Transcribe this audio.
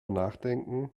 nachdenken